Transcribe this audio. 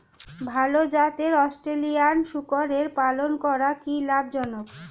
ভাল জাতের অস্ট্রেলিয়ান শূকরের পালন করা কী লাভ জনক?